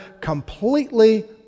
completely